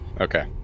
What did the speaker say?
Okay